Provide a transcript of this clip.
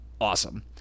awesome